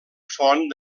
font